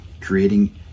creating